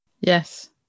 Yes